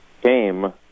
came